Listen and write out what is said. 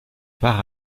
par